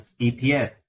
EPF